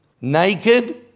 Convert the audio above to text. naked